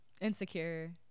insecure